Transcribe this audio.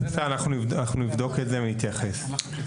אנחנו נבדוק את זה ונתייחס.